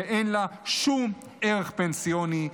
שאין לה שום ערך פנסיוני.